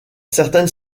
certaines